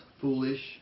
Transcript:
foolish